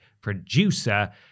producer